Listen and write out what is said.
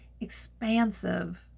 expansive